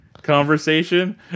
conversation